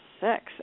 six